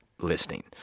listing